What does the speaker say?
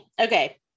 Okay